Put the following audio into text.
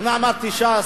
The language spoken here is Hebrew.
אם אמרתי ש"ס,